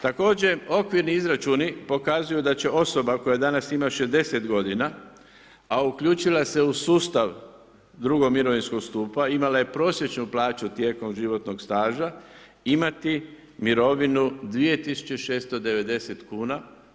Također, okvirni izračuni pokazuju da će osoba koja danas ima 60 godina, a uključila se u sustav II mirovinskog stupa, imala je prosječnu plaću tijekom životnog staža, imati mirovinu 2690 kuna.